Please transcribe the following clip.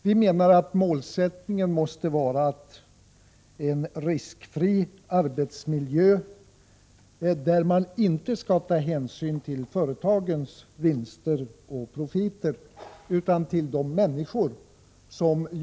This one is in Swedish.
Vi menar att målsättningen måste vara en riskfri arbetsmiljö, där man inte skall ta hänsyn till företagens vinster utan till människorna.